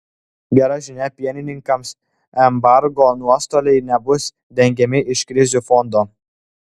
gera žinia pienininkams embargo nuostoliai nebus dengiami iš krizių fondo